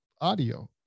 audio